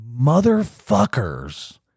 motherfuckers